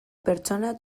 pertsona